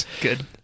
good